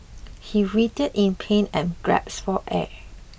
he writhed in pain and gasped for air